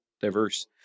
diverse